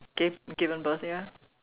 give given birth ya